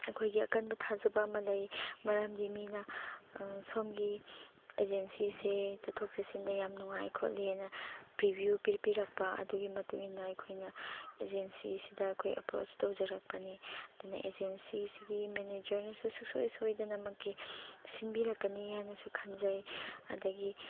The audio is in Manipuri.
ꯑꯩꯈꯣꯏꯒꯤ ꯑꯀꯟꯕ ꯊꯥꯖꯕ ꯑꯃ ꯂꯩ ꯃꯔꯝꯗꯤ ꯃꯤꯅ ꯁꯣꯝꯒꯤ ꯑꯦꯖꯦꯟꯁꯤꯁꯦ ꯆꯠꯊꯣꯛ ꯆꯠꯁꯤꯟꯗ ꯌꯥꯝ ꯅꯨꯡꯉꯥꯏ ꯈꯣꯠꯂꯦꯅ ꯄ꯭ꯔꯤꯕ꯭ꯌꯨ ꯄꯤꯕꯤꯔꯛꯄ ꯑꯗꯨꯒꯤ ꯃꯇꯨꯡ ꯏꯟꯅ ꯑꯩꯈꯣꯏꯅ ꯑꯦꯖꯦꯟꯁꯤ ꯑꯁꯤꯗ ꯑꯩꯈꯣꯏ ꯑꯦꯄ꯭ꯔꯣꯁ ꯇꯧꯖꯔꯛꯄꯅꯦ ꯑꯗꯨꯅ ꯑꯦꯖꯦꯟꯁꯤꯁꯤꯒꯤ ꯃꯦꯅꯦꯖꯔꯅꯁꯨ ꯁꯨꯡꯁꯣꯏ ꯁꯣꯏꯗꯅꯃꯛꯀꯤ ꯁꯤꯟꯕꯤꯔꯛꯀꯅꯤ ꯍꯥꯏꯅꯁꯨ ꯈꯟꯖꯩ ꯑꯗꯒꯤ